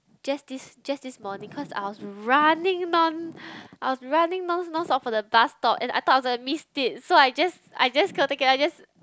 just this just this morning cause I was running non~ I was running non non-stop for the bus stop and I thought I was missed it so I just I just cannot take it I just